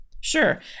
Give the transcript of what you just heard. Sure